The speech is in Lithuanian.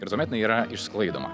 ir tuomet inai yra išsklaidoma